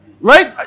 right